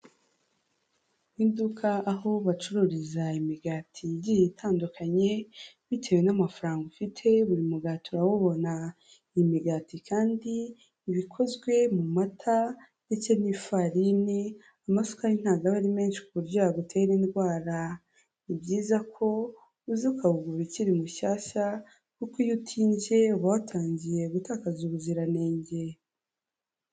Iduka aho bacururiza imigati igiye itandukanye, bitewe n'amafaranga ufite buri mugati urawubona. Iyi migati kandi iba ikozwe mu mata ndetse n'ifarini, amasukari ntabwo aba ari menshi ku buryo yagutera indwara. Ni byiza ko uza ukawugura ukiri mushyashya kuko iyo utinze uba watangiye gutakaza ubuziranenge.